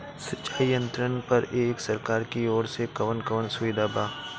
सिंचाई यंत्रन पर एक सरकार की ओर से कवन कवन सुविधा बा?